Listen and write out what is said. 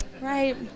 Right